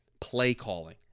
play-calling